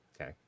Okay